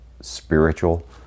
spiritual